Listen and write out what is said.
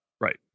Right